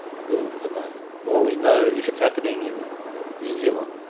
willed the moment. well, we know if it's happening in new zealand.